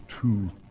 two